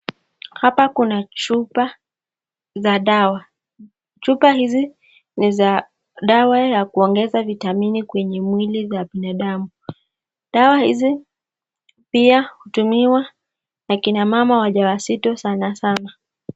Hapa kuna chupa za dawa. Chupa hizi ni za dawa ya kuongeza vitamini kwenye mwili za binadamu. Dawa hizi pia hutumiwa na kina mama wajawazito sana sana.